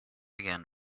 again